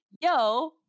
yo